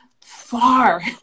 far